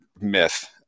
myth